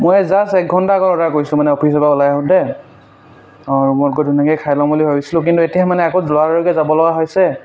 মই জাষ্ট একঘণ্টা আগত অৰ্ডাৰ কৰিছোঁ মানে অফিচৰ পৰা ওলাই আহোঁতে অঁ মই গধূলিকৈ খাই ল'ম বুলি ভাবিছিলোঁ কিন্তু এতিয়া মানে আকৌ লৰালৰিকৈ যাবলগা হৈছে